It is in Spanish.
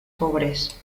pobres